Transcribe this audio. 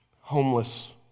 homeless